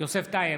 יוסף טייב,